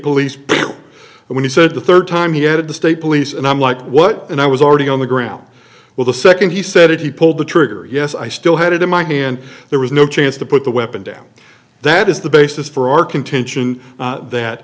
bureau and when he said the third time he had the state police and i'm like what and i was already on the ground with the second he said he pulled the trigger yes i still had it in my hand there was no chance to put the weapon down that is the basis for our contention that